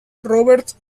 roberts